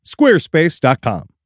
Squarespace.com